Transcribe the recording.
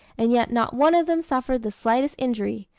and yet not one of them suffered the slightest injury,